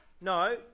no